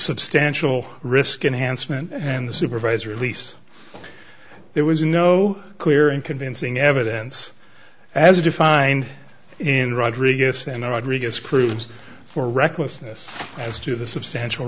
substantial risk enhanced meant and the supervisor at least there was no clear and convincing evidence as defined in rodriguez and adri get screwed for recklessness as to the substantial